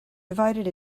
divided